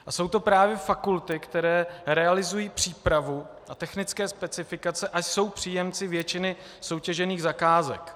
A jsou to právě fakulty, které realizují přípravu a technické specifikace a jsou příjemci většiny soutěžených zakázek.